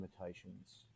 limitations